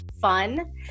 fun